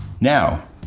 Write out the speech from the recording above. Now